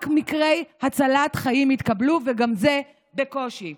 רק מקרי הצלת חיים יתקבלו", וגם זה בקושי.